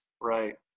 Right